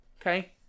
Okay